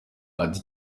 ati